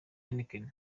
heineken